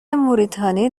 موریتانی